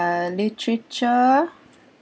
a literature